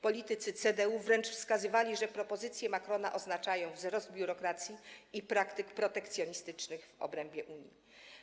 Politycy CDU wręcz wskazywali, że propozycje Macrona oznaczają wzrost biurokracji i praktyk protekcjonistycznych w obrębie Unii.